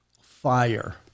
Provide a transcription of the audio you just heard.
fire